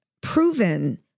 proven